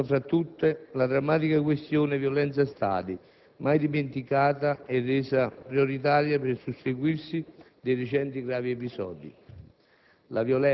Prima fra tutte la drammatica questione «violenza stadi», mai dimenticata e resa prioritaria per il susseguirsi dei recenti gravi episodi.